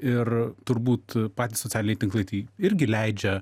ir turbūt patys socialiniai tinklai tai irgi leidžia